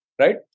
Right